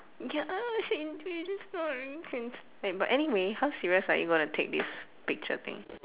ya she she just now really can s~ wait but anyway how serious are you gonna take this picture thing